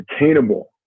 attainable